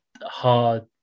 hard